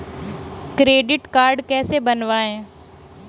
Credit card कैसे बनवाएँ?